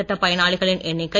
திட்ட பயனாளிகளின் எண்ணிக்கை